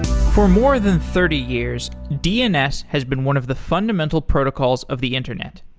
for more than thirty years, dns has been one of the fundamental protocols of the internet.